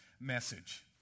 message